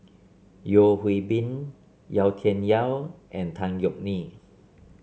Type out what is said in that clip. Yeo Hwee Bin Yau Tian Yau and Tan Yeok Nee